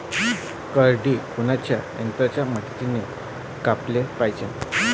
करडी कोनच्या यंत्राच्या मदतीनं कापाले पायजे?